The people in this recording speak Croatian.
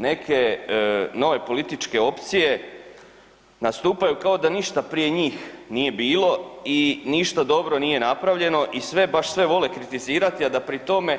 Neke nove političke opcije nastupaju kao da ništa prije njih nije bilo i ništa dobro nije napravljeno i sve, baš sve vole kritizirati, a da pri tome,